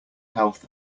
health